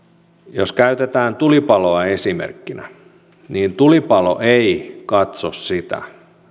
jos käytetään tulipaloa esimerkkinä niin tulipalo ei katso sitä